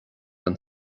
den